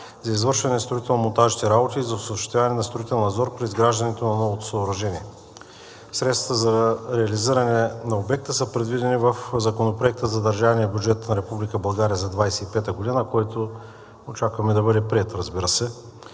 за извършване на строително-монтажните работи и за осъществяване на строителен надзор при изграждането на новото съоръжение. Средствата за реализиране на обекта са предвидени в Законопроекта за държавния бюджет на Република България за 2025 г., който очакваме да бъде приет, разбира се.